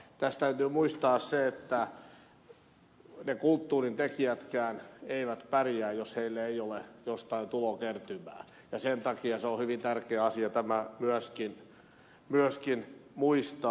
tässä täytyy muistaa se että kulttuurintekijätkään eivät pärjää jos heille ei ole jostain tulokertymää ja sen takia tämä on hyvin tärkeä asia myöskin muistaa